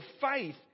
faith